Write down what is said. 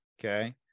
Okay